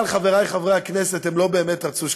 אבל, חברי חברי הכנסת, הם לא באמת רצו שקיפות.